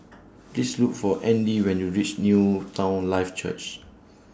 This Look For Andy when YOU REACH Newton Life Church